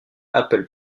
apple